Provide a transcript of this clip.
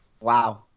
Wow